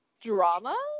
drama